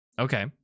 Okay